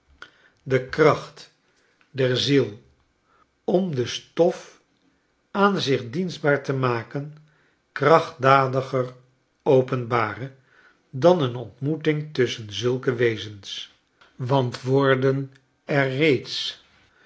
de kracht der ziel om de stof aan zich dienstbaar te maken krachtdadiger openbaren dan een ontmoeting tusschen zulke wezens want worden er reeds